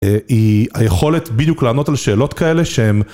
היא היכולת בדיוק לענות על שאלות כאלה שהן